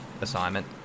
assignment